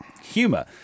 humour